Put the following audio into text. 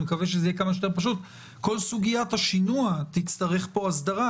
אני מקווה שזה יהיה כמה שיותר פשוט כל סוגיית השינוע תצטרך פה הסדרה,